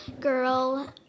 Girl